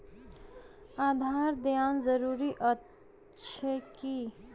आधार देनाय जरूरी अछि की?